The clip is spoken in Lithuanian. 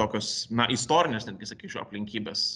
tokios na istorinės netgi sakyčiau aplinkybės